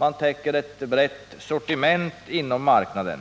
Man täcker ett brett sortiment inom marknaden,